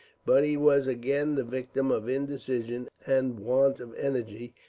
but he was again the victim of indecision and want of energy,